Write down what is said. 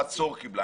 חצור קיבלה.